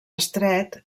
estret